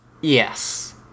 Yes